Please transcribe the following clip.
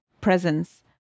presence